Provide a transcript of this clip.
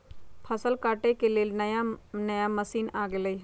फसल काटे के लेल नया नया मशीन आ गेलई ह